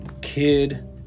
kid